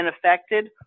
affected